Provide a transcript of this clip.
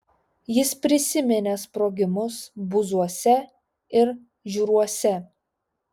jis prisiminė sprogimus buzuose ir žiūruose